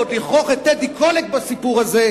ועוד לכרוך את טדי קולק בעניין הזה,